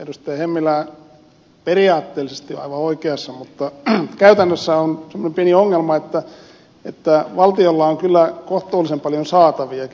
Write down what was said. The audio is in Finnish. hemmilä on periaatteellisesti aivan oikeassa mutta käytännössä on semmoinen pieni ongelma että valtiolla on kyllä kohtuullisen paljon saataviakin